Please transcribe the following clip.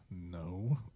No